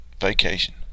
Vacation